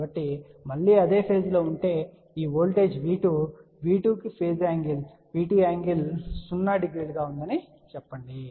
కాబట్టి మళ్ళీ అదే ఫేజ్ లో ఉంటే ఈ వోల్టేజ్ V2 V2 కి ఫేజ్ యాంగిల్ V2 ㄥ00 ఉందని చెప్పండి